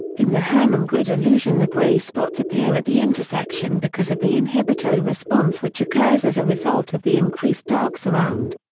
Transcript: in the hermann grid illusion the gray spots appear at the intersection because of the inhibitory response which occurs as a result of the increased dark surround.